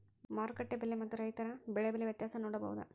ಮಾರುಕಟ್ಟೆ ಬೆಲೆ ಮತ್ತು ರೈತರ ಬೆಳೆ ಬೆಲೆ ವ್ಯತ್ಯಾಸ ನೋಡಬಹುದಾ?